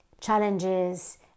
challenges